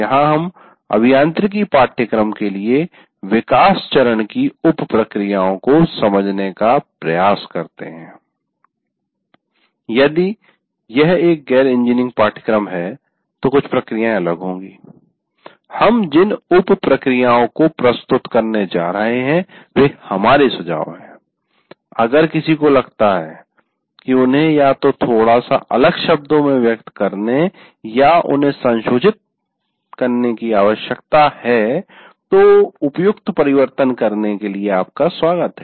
यहां हम अभियांत्रिकी इंजीनियरिंग पाठ्यक्रम के लिए विकास चरण की उप प्रक्रियाओं को समझने का प्रयास करते हैं यदि यह एक गैर इंजीनियरिंग पाठ्यक्रम है तो कुछ प्रक्रियाएं अलग होंगी हम जिन उप प्रक्रियाओं को प्रस्तुत करने जा रहे हैं वे हमारे सुझाव हैं अगर किसी को लगता है कि उन्हें या तो थोड़ा सा अलग शब्दों में व्यक्त करने या उन्हें संशोधित करने की आवश्यकता है तो उपयुक्त परिवर्तन करने के लिए आपका स्वागत है